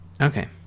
okay